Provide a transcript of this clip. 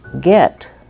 get